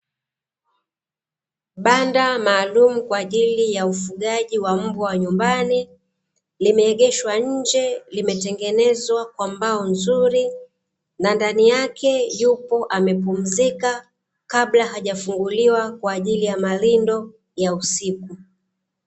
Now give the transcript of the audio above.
Banda maalumu kwajili ya ufugaji wa mbwa wa nyumbani limeegeshwa nje, limetengenezwa kwa mbao nzurii na ndani yake yupo amepumzika kabla hajafunguliwa kwa ajili ya malindo ya usiku.